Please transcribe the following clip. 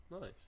Nice